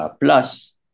Plus